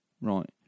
right